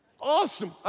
Awesome